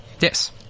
Yes